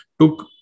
took